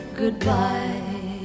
goodbye